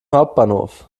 hauptbahnhof